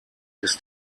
ist